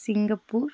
Singapore